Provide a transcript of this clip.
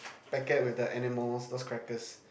packet with the animals those crackers